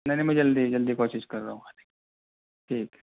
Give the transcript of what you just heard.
نہیں نہیں میں جلدی جلدی کوشش کر رہا ہوں ٹھیک